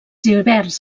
hiverns